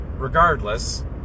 Regardless